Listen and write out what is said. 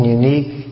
unique